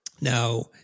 Now